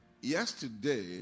yesterday